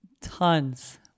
Tons